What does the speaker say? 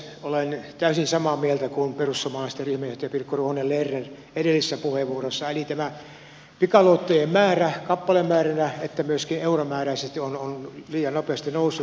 olen täysin samaa mieltä kuin perussuomalaisten ryhmänjohtaja pirkko ruohonen lerner edellisessä puheenvuorossaan eli tämä pikaluottojen määrä sekä kappalemääränä että myöskin euromääräisesti on liian nopeasti noussut